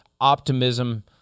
optimism